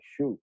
shoot